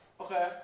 Okay